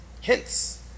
Hints